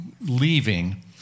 leaving